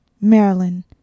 Maryland